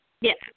Yes